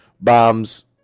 bombs